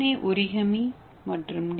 ஏ origami மற்றும் D